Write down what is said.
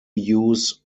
use